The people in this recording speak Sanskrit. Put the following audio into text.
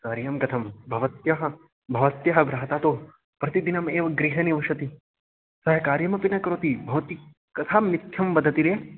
कार्यं कथं भवत्याः भवत्यः भ्राता तु प्रतिदिनम् एव गृहे निवशति सः कार्यमपि न करोति भवती कथं मिथ्यां वदति रे